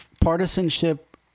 Partisanship